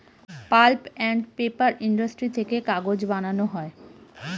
pulp and paper industry থেকে কাগজ বানানো হয়